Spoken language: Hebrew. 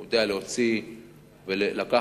הוא יודע להוציא ולקחת,